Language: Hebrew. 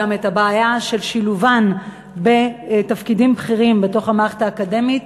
הבעיה של שילובן בתפקידים בכירים בתוך המערכת האקדמית,